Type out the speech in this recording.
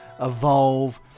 evolve